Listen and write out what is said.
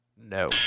No